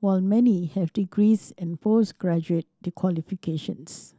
while many have degrees and post graduate qualifications